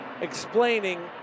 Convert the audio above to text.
explaining